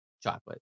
chocolate